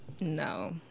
no